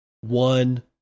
one